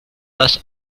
das